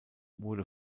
wurde